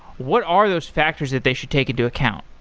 what are those factors that they should take into account?